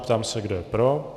Ptám se, kdo je pro.